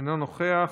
אינו נוכח.